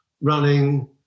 running